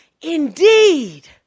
indeed